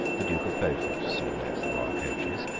the duke of beaufort soon met the royal coaches,